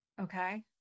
okay